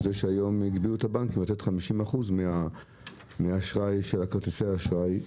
על זה שהיום הגבילו את הבנקים לתת 50% מהאשראי של כרטיסי האשראי.